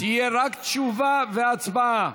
רק תשובה והצבעה.